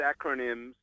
acronyms